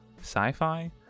sci-fi